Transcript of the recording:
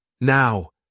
Now